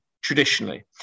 traditionally